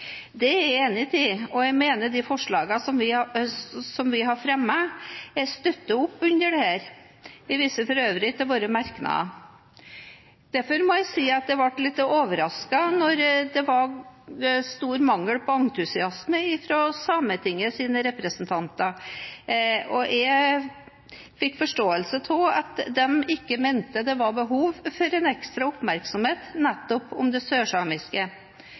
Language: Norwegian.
Det er jeg enig i, og jeg mener de forslagene som vi har fremmet, støtter opp under dette. Jeg viser for øvrig til våre merknader. Jeg må si jeg var litt overrasket da det var stor mangel på entusiasme fra Sametingets representanter. Jeg fikk forståelsen av at de ikke mente det var behov for en ekstra oppmerksomhet nettopp om det sørsamiske.